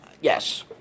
Yes